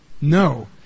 No